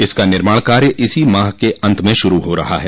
इसका निर्माण कार्य इसी माह के अन्त में शुरू हो रहा है